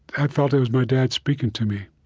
i felt it was my dad speaking to me